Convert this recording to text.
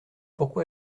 pourquoi